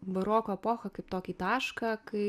baroko epochą kaip tokį tašką kai